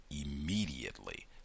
immediately